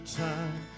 time